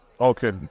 Okay